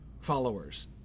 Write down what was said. followers